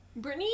Britney